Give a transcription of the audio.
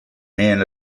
men